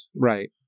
Right